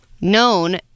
known